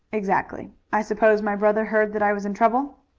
exactly. i suppose my brother heard that i was in trouble?